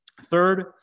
Third